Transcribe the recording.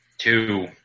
Two